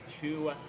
two